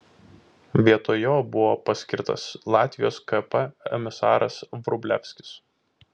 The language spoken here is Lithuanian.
vietoj jo buvo paskirtas latvijos kp emisaras vrublevskis